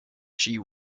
she